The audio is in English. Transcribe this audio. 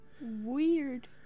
Weird